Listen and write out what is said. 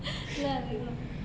乐龄人